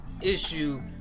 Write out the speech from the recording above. issue